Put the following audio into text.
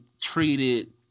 treated